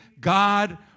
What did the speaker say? God